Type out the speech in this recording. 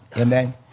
Amen